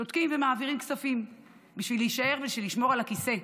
שותקים ומעבירים כספים בשביל להישאר ובשביל לשמור על הכיסא.